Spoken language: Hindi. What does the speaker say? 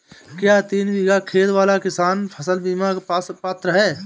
क्या तीन बीघा खेत वाला किसान फसल बीमा का पात्र हैं?